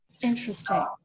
Interesting